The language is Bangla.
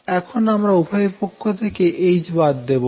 এখন আমরা উভয় পক্ষ থেকে h বাদ দেবো